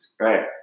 Right